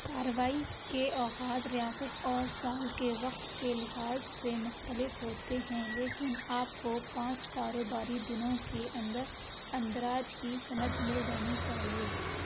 کاروائی کے اوقات ریاست اور سال کے وقت کے لحاظ سے مختلف ہوتے ہیں لیکن آپ کو پانچ کاروباری دنوں کے اندر اندراج کی سند مل جانی چاہیے